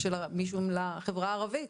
מישהו לחברה הערבית.